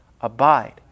abide